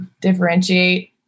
differentiate